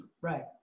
right